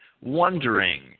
wondering